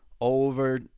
over